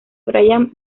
bryan